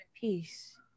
peace